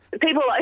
people